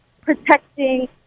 protecting